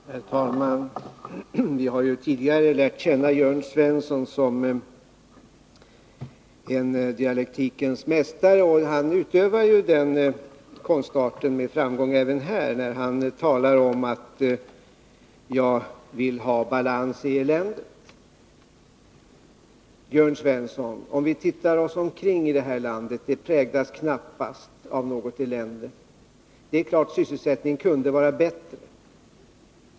Herr talman! Vi har ju tidigare lärt känna Jörn Svensson som en dialektikens mästare. Han utövade den konstarten även här, när han talade om att jag vill ha balans i eländet. Jörn Svensson! Om vi tittar oss omkring i det här landet, finner vi att det knappast präglas av något elände. Det är klart att sysselsättningen kunde vara bättre.